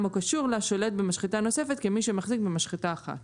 קשור לה או שולט במשחטה נוספת כמי שמחזיק במשחטה אחת.